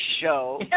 show